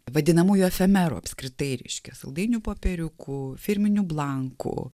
vadinamųjų efemerų apskritai ryškia saldainių popieriukų firminių blankų